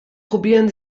probieren